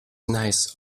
nice